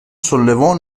sollevò